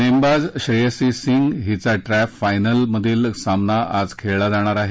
नेमबाज श्रेयशी सिंग हिचा ट्रप्टफायनल मधील सामना आज खेळला जाणार आहे